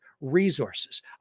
resources